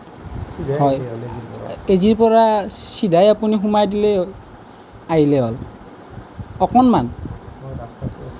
হয় এজিৰ পৰা চিধাই আপুনি সোমাই দিলে আহিলে হ'ল অকণমান